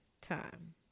time